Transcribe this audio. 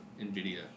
NVIDIA